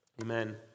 Amen